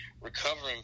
recovering